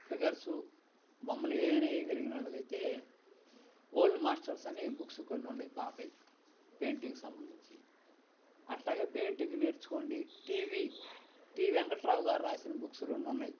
figures బొమ్మలు ఏదైనా ఎయగలిగినోళ్ళకైతే ఓల్డ్ మాస్టర్స్ అని బుక్స్ కొన్ని ఉన్నాయి పాతవి పెయింటింగ్ సంబంధించి అట్లాగే పెయింటింగ్ నేర్చుకోండి టీవీ టీ వెంకట్రావు గారు రాసిన బుక్స్ రెండున్నయి